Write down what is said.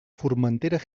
formentera